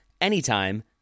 anytime